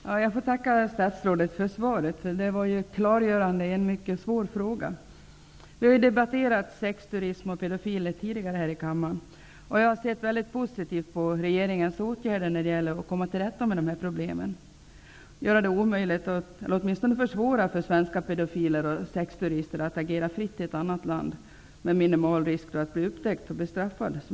Fru talman! Jag tackar statsrådet för svaret. Det gav ett klargörande i en mycket svår fråga. Sexturister och pedofiler har debatterats här tidigare i kammaren. Jag har sett mycket positivt på regeringens åtgärder när det gäller att komma till rätta med dessa problem och att göra det omöjligt eller åtminstone försvåra för svenska pedofiler och sexturister att i ett annat land agera fritt med minimal risk för att bli upptäckta och straffade.